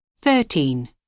Thirteen